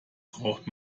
braucht